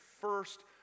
first